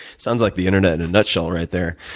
sounds like the internet in a nutshell right there.